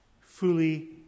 fully